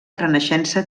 renaixença